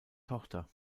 tochter